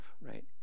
right